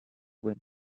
wind